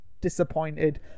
disappointed